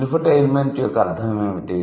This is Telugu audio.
ఇన్ఫోటైన్మెంట్ యొక్క అర్థం ఏమిటి